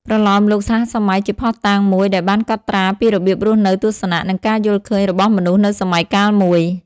ប្រលោមលោកសហសម័យជាភស្តុតាងមួយដែលបានកត់ត្រាពីរបៀបរស់នៅ ទស្សនៈ និងការយល់ឃើញរបស់មនុស្សនៅសម័យកាលមួយ។